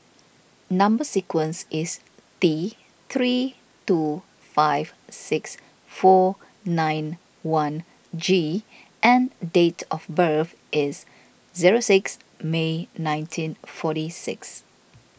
Number Sequence is T three two five six four nine one G and date of birth is zero six May nineteen forty six